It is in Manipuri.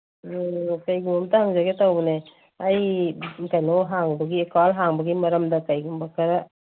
ꯀꯔꯤꯒꯨꯝꯕ ꯑꯃꯠꯇ ꯍꯪꯖꯒꯦ ꯇꯧꯕꯅꯦ ꯑꯩ ꯀꯩꯅꯣ ꯍꯥꯡꯕꯒꯤ ꯑꯦꯀꯥꯎꯟ ꯍꯥꯡꯕꯒꯤ ꯃꯔꯝꯗ ꯀꯔꯤꯒꯨꯝꯕ ꯈꯔ